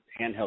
handheld